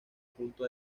punto